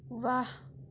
واہ